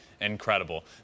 incredible